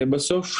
בסוף,